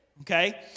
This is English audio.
Okay